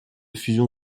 fusion